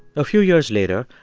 a few years later,